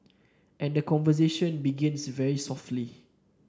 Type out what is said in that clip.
and the conversation begins very softly